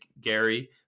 Gary